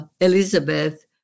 Elizabeth